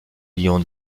lion